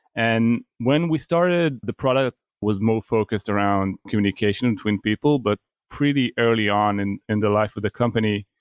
and when we started, the product was more focused around communication between people. but pretty early on in in the life of the company,